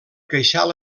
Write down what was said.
queixal